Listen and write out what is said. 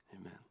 amen